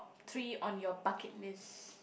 three on your bucket list